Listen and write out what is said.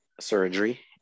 surgery